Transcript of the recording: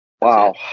Wow